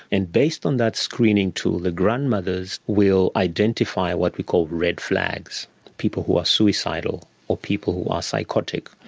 and based on that screening tool, the grandmothers will identify what we call red flags, people who are suicidal or people who are psychotic,